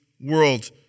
world